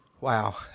Wow